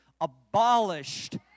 abolished